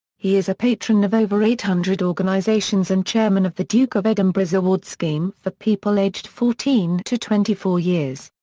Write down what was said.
he is a patron of over eight hundred organisations and chairman of the duke of edinburgh's award scheme for people aged fourteen to twenty four years.